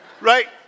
Right